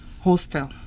hostel